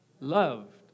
Loved